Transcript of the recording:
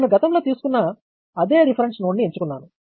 నేను గతంలో తీసుకున్న అదే రిఫరెన్స్ నోడ్ని ఎంచుకున్నాను